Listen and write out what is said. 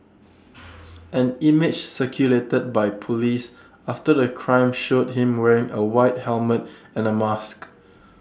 an image circulated by Police after the crime showed him wearing A white helmet and A mask